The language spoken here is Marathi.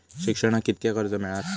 शिक्षणाक कीतक्या कर्ज मिलात?